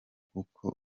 kuko